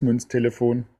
münztelefon